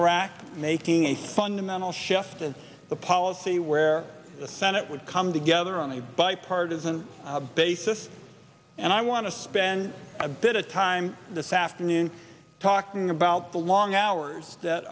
iraq making a fundamental shift in the policy where the senate would come together only bipartisan basis and i want to spend a bit of time this afternoon talking about the long hours that